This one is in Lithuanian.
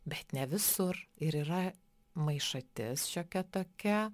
bet ne visur ir yra maišatis šiokia tokia